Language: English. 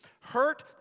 hurt